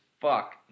fuck